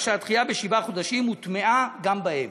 כך שהדחייה בשבעה חודשים הוטמעה גם בהם.